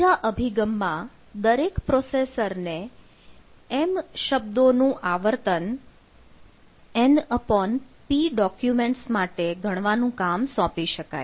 બીજા અભિગમમાં દરેક પ્રોસેસર ને m શબ્દો માટે નું આવર્તન np ડોક્યુમેન્ટ્સ માટે ગણવાનું કામ સોંપી શકાય